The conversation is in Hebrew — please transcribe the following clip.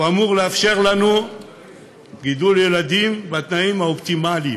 זה אמור לאפשר לנו גידול ילדים בתנאים האופטימליים,